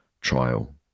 trial